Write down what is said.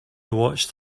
watched